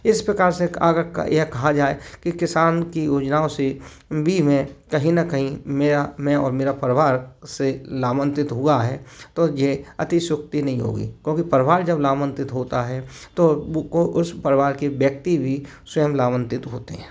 इस प्रकार से यह कहा जाए कि किसान की योजनाओं से हिंदी में कहीं न कहीं मेरा मैं और मेरा परिवार से लाभान्वित हुआ है तो जे अतिशोक्ति नहीं होगी क्योंकि परिवार जब लाभान्वित होता है तो उस परवार के व्यक्ति भी स्वयं लाभान्वित होते हैं